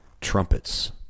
trumpets